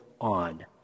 on